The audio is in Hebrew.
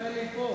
מיכאלי פה.